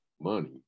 money